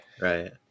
right